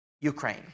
Ukraine